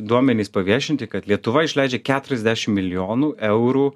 duomenys paviešinti kad lietuva išleidžia keturiasdešim milijonų eurų